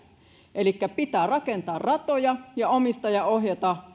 elikkä pitää rakentaa ratoja ja omistajaohjata